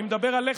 אני מדבר עליך,